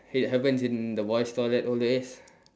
it happens in the boys' toilet always